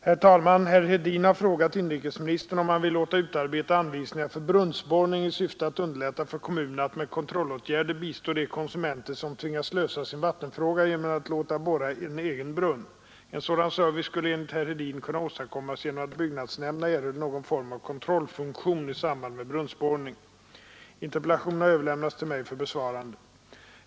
Herr talman! Herr Hedin har frågat inrikesministern om han vill låta utarbeta anvisningar för brunnsborrning i syfte att underlätta för kommunerna att med kontrollåtgärder bistå de konsumenter som tvingas lösa sin vattenfråga genom att låta borra en egen brunn. En sådan service skulle enligt herr Hedin kunna åstadkommas genom att byggnadsnämnderna erhöll någon form av kontrollfunktion i samband med brunnsborrning. Interpellationen har överlämnats till mig för besvarande.